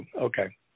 Okay